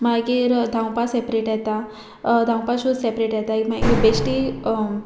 मागीर धांवपा सेपरेट येता धांवपा शूज सेपरेट येताय मागी बेश्टी